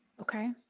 Okay